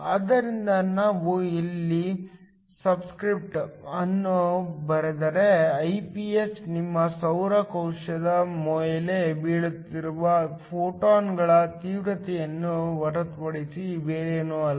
ಆದ್ದರಿಂದ ನಾವು ಇಲ್ಲಿ ಸಬ್ಸ್ಕ್ರಿಪ್ಟ್ ಅನ್ನು ಬರೆದರೆ Iph ನಿಮ್ಮ ಸೌರ ಕೋಶದ ಮೇಲೆ ಬೀಳುತ್ತಿರುವ ಫೋಟಾನ್ಗಳ ತೀವ್ರತೆಯನ್ನು ಹೊರತುಪಡಿಸಿ ಬೇರೇನೂ ಅಲ್ಲ